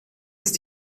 ist